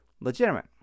legitimate